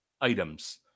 items